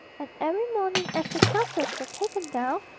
and every morning, as the shutters were taken down,